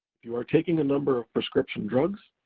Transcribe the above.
if you are taking a number of prescription drugs,